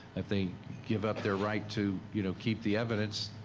if they give up their right to you know keep the evidence,